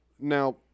Now